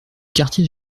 quartier